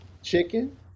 Chicken